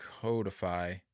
Codify